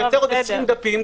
תייצר עוד 20 תיקים,